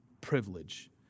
privilege